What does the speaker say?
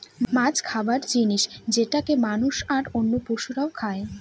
মাছ খাবার জিনিস যেটাকে মানুষ, আর অন্য পশুরা খাই